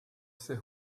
ser